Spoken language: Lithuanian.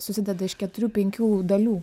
susideda iš keturių penkių dalių